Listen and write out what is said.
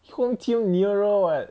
home team nearer [what]